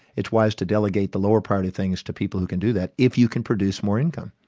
it's wise to delegate the lower part of things to people who can do that, if you can produce more income.